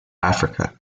africa